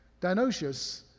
Dionysius